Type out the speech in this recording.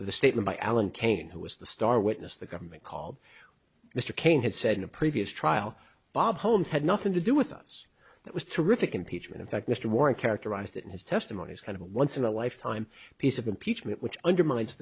the statement by alan kane who is the star witness the government called mr cain had said in a previous trial bob holmes had nothing to do with us that was terrific impeachment in fact mr warren characterized it in his testimony as kind of a once in a lifetime piece of impeachment which undermines